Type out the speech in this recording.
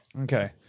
Okay